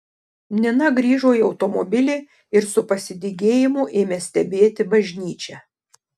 nina grįžo į automobilį ir su pasidygėjimu ėmė stebėti bažnyčią